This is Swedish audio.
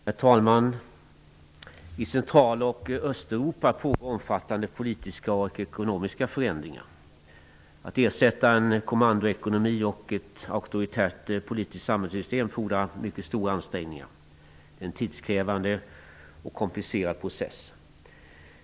Herr talman! I Central och Östeuropa pågår omfattande politiska och ekonomiska förändringar. Att ersätta en kommandoekonomi och ett auktoritärt politiskt samhällssystem fordrar mycket stora ansträngningar. Det är en tidskrävande och komplicerad process.